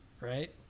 right